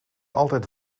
altijd